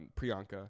Priyanka